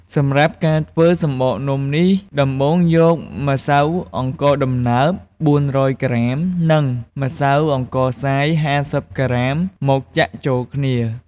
សម្រាប់ការធ្វើសំបកនំនេះដំបូងយកម្សៅអង្ករដំណើប ៤០០ក្រាម និងម្សៅអង្ករខ្សាយ៥០ក្រាមមកចាក់ចូលគ្នា។